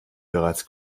bereits